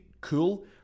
cool